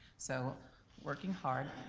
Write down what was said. so working hard.